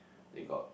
they got